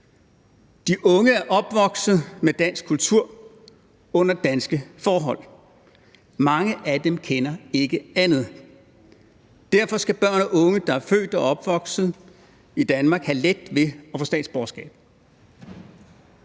De unge er opvokset med dansk kultur under danske forhold. Mange af dem kender ikke andet, og derfor skal børn og unge, der er født og opvokset i Danmark, have let ved at få statsborgerskab.